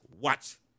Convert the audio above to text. watch